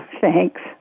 Thanks